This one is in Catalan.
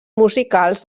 musicals